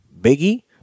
Biggie